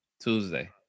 Tuesday